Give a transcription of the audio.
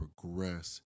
progress